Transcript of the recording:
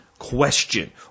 question